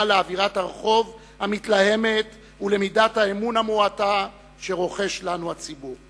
לאווירת הרחוב המתלהמת ולמידת האמון המועטה שרוחש לנו הציבור.